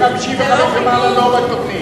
מ-55 ומעלה לא מקבלים.